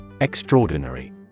Extraordinary